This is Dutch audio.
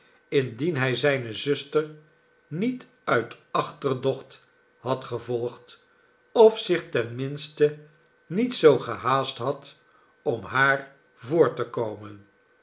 indien hij zijne zuster niet uit achterdocht had gevolgd of zich ten minste niet zoo gehaast had om haar voor te komen